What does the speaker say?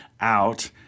out